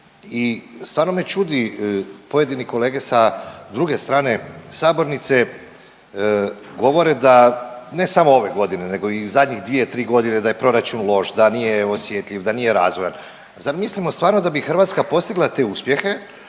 i stvarno me čudi pojedini kolege sa druge strane sabornice govore da ne samo ove godine, nego i u zadnjih dvije, tri godine da je proračun loš, da nije osjetljiv, da nije razvojan. Zamislimo stvarno da bi Hrvatska postigla te uspjehe,